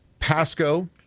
Pasco